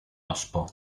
rospo